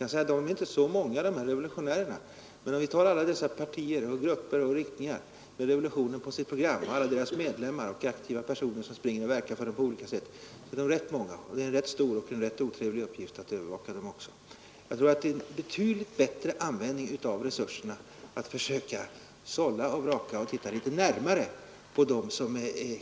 Man kan visserligen säga att de här revolutionärerna inte är så många, men om vi tar alla dessa partier och grupper och riktningar med revolutionen på sitt program, alla deras medlemmar och aktiva personer som springer och verkar för dem på olika sätt, så är det rätt många, och det är en rätt stor och rätt otrevlig uppgift att övervaka dem också. Jag tror att det är en betydligt bättre användning av resurserna att försöka sålla och vraka och titta litet närmare på dem som är